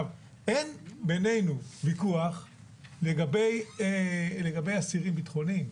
אין בינינו ויכוח לגבי אסירים ביטחוניים,